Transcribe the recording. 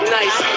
nice